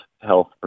health